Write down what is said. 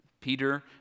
Peter